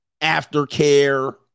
Aftercare